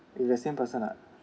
with the same person lah